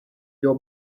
your